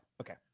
okay